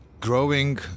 growing